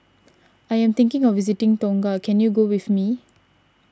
I am thinking of visiting Tonga can you go with me